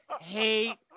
hate